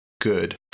good